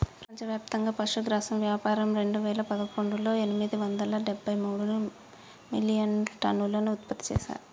ప్రపంచవ్యాప్తంగా పశుగ్రాసం వ్యాపారం రెండువేల పదకొండులో ఎనిమిది వందల డెబ్బై మూడు మిలియన్టన్నులు ఉత్పత్తి చేశారు